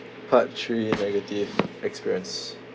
part three negative experience